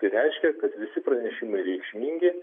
tai reiškia kad visi pranešimai reikšmingi